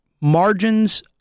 margins